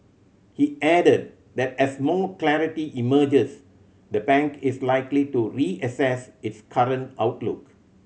he added that as more clarity emerges the bank is likely to reassess its current outlook